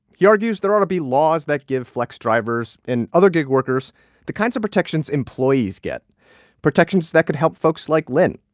he argues there ought to be laws that give flex drivers and other gig workers the kinds of protections employees get protections that could help folks like lynne.